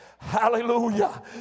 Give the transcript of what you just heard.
Hallelujah